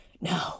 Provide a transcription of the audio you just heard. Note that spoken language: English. No